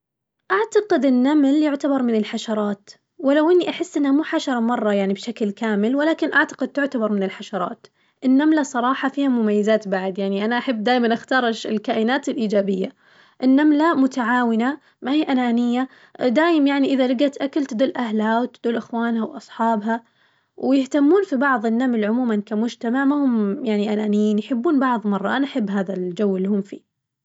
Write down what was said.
أعتقد النمل يعتبر من الحشرات، ولو إني أحس إنه مو حشرة مرة بشكل كامل ولكن أعتقد تعتبر من الحشرات، النملة االصراحة فيها مميزات بعد يعني أنا أحب دايماً أختار الش- الكائنات الإيجابية، النملة متعاونة ما هي أنانية دايم يعني إذا لقت أكل تدل أهلها تدل أخوانها وأصحابها ويهتمون في بعض، النمل عموماً كمجتمع ما هم يعني أنانيين يحبون بعظ مرة، أنا أحب هذا الجو اللي هم فيه.